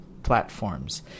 platforms